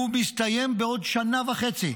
מסתיים בעוד שנה וחצי.